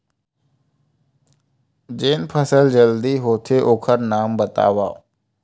जेन फसल जल्दी होथे ओखर नाम बतावव?